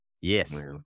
Yes